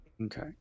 okay